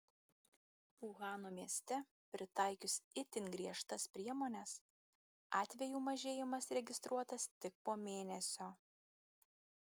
uhano mieste pritaikius itin griežtas priemones atvejų mažėjimas registruotas tik po mėnesio